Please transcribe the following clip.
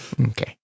Okay